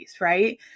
right